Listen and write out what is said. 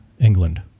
England